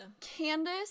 Candace